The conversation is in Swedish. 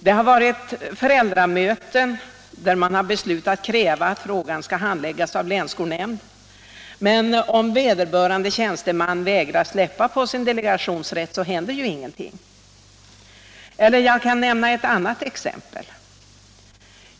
Det har varit föräldramöten där man har beslutat kräva att frågan skall handläggas av länsskolnämnd, men om vederbörande tjänsteman vägrar släppa på sin delegationsrätt så händer ingenting. Jag kan nämna ett annat exempel.